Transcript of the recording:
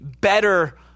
better